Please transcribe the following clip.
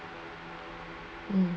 mm